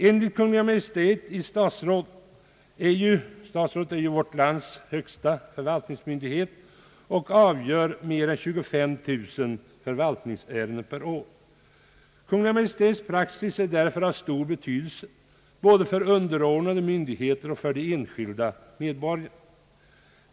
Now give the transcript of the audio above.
Kungl. Maj:t i statsrådet är ju vårt lands högsta förvaltningsmyndighet och avgör mer än 25000 förvaltningsärenden per år. Kungl. Maj:ts praxis är därför av stor betydelse både för underordnade myndigheter och för de enskilda medborgarna.